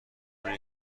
اینه